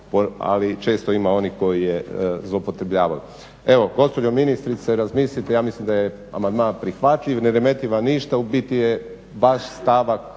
ali često ima onih koji je zloupotrebljavaju. Evo gospođo ministrice razmislite. Ja mislim da je amandman prihvatljiv, ne remeti vam ništa, u biti je vaš stavak